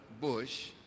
Bush